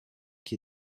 qui